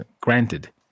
Granted